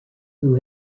who